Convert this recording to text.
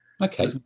Okay